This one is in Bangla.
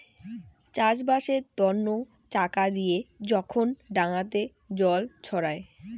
চাষবাসের তন্ন চাকা দিয়ে যখন ডাঙাতে জল ছড়ায়